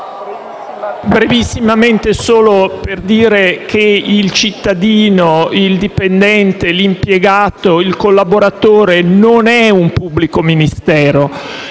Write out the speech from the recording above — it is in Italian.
brevemente per dire che il cittadino, il dipendente, l'impiegato o il collaboratore non è un pubblico ministero.